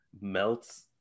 melts